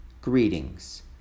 greetings